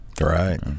right